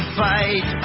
fight